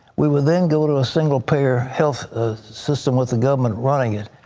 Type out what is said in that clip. we would then go to a single-payer health system with the government running it.